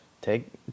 Take